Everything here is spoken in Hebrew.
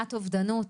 במניעת אובדנות